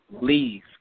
leave